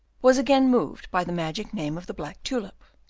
was again moved by the magic name of the black tulip.